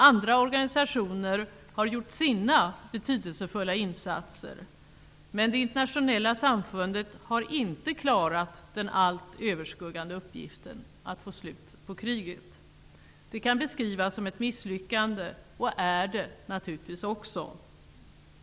Andra organisationer har gjort sina betydelsefulla insatser, men det internationella samfundet har inte klarat den allt överskuggande uppgiften, att få slut på kriget. Det kan beskrivas som ett misslyckande, och är det naturligtvis också.